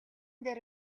дээр